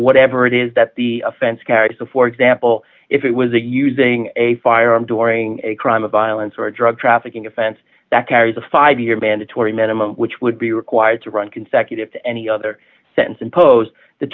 whatever it is that the offense carries a for example if it was a using a firearm during a crime of violence or a drug trafficking offense that carries a five year mandatory minimum which would be required to run consecutive to any other sentence imposed the